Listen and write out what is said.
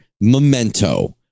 Memento